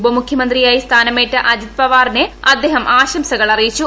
ഉപമുഖ്യമന്ത്രിയായി സ്ഥാനമേറ്റ അജിത് പവാറിനെ അദ്ദേഹം ആശംസകൾ അറിയിച്ചു